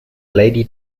lady